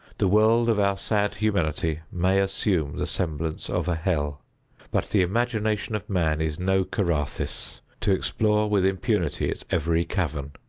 the world of our sad humanity may assume the semblance of a hell but the imagination of man is no carathis, to explore with impunity its every cavern.